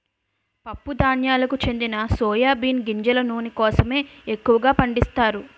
పప్పు ధాన్యాలకు చెందిన సోయా బీన్ గింజల నూనె కోసమే ఎక్కువగా పండిస్తారు